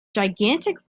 gigantic